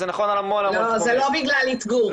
לא זה לא בגלל איתגור,